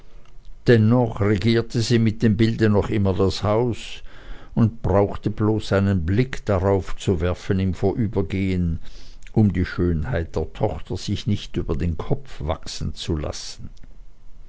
dennoch regierte sie mit dem bilde noch immer das haus und brauchte bloß einen blick darauf zu werfen im vorübergehen um die schönheit der tochter sich nicht über den kopf wachsen zu lassen